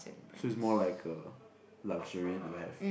so is more like a luxury to have